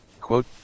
quote